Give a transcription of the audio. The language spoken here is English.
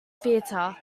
theater